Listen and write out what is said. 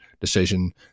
decision